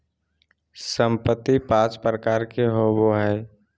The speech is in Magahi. संपत्ति पांच प्रकार के होबो हइ